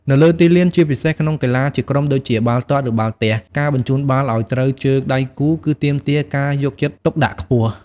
នៅលើទីលាន ជាពិសេសក្នុងកីឡាជាក្រុមដូចជាបាល់ទាត់ ឬបាល់ទះ ការបញ្ជូនបាល់ឱ្យត្រូវជើងដៃគូ គឺទាមទារការយកចិត្តទុកដាក់ខ្ពស់។